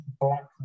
black